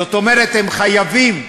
זאת אומרת, הם חייבים,